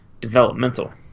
developmental